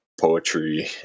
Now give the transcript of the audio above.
poetry